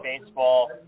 baseball